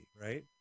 right